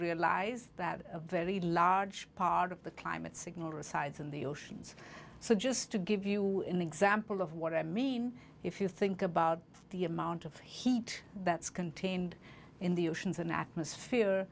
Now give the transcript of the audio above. realize that a very large part of the climate signal resides in the oceans so just to give you an example of what i mean if you think about the amount of heat that's contained in the oceans an